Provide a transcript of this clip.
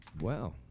Wow